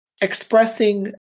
expressing